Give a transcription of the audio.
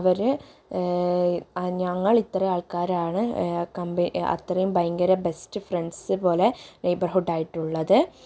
അവർ ആ ഞങ്ങളിത്രേ ആൾക്കാരാണ് കമ്പി അത്രേം ഭയങ്കര ബെസ്റ്റ് ഫ്രണ്ട്സ് പോലെ നെയ്ബർഹുഡായിട്ടുള്ളത്